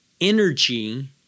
energy